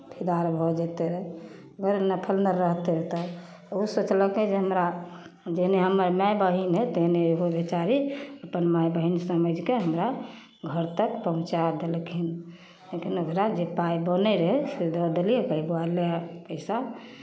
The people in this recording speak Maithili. फिदार भऽ जेतै रहए अगर लफन्दर रहितै तऽ ओ सोचलकै जे हमरा जेहने हमर माइ बहीन हइ तेहने एगो बेचारी अपन माइ बहीन समझि कऽ हमरा घर तक पहुँचा देलखिन लेकिन ओकरा जे पाइ बनै रहै से दऽ देलियै कहलियै बौआ ले पैसा